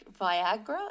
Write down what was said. Viagra